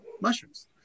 mushrooms